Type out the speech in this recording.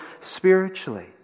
spiritually